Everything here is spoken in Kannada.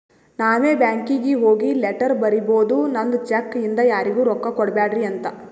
ನಾವೇ ಬ್ಯಾಂಕೀಗಿ ಹೋಗಿ ಲೆಟರ್ ಬರಿಬೋದು ನಂದ್ ಚೆಕ್ ಇಂದ ಯಾರಿಗೂ ರೊಕ್ಕಾ ಕೊಡ್ಬ್ಯಾಡ್ರಿ ಅಂತ